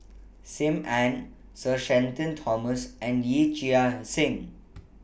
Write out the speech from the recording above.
SIM Ann Sir Shenton Thomas and Yee Chia Hsing